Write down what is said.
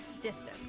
distance